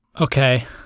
Okay